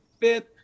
fifth